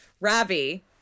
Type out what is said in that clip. Ravi